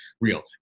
real